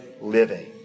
living